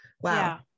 Wow